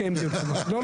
לא,